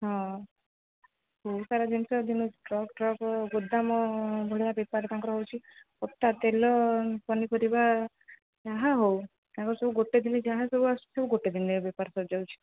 ହଁ ବହୁତ୍ ସାରା ଜିନିଷ ଟ୍ରକ୍ ଟ୍ରକ୍ ଗୋଦାମ ଭଳିଆ ବେପାର ତାଙ୍କର ହେଉଛି ପଟା ତେଲ ପନିପରିବା ଯାହା ହଉ ତାଙ୍କର ସବୁ ଗୋଟେ ଦିନ ଯାହା ସବୁ ଆସୁଛି ସବୁ ଗୋଟେ ଦିନ ବେପାର ସରିଯାଉଛି